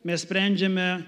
mes sprendžiame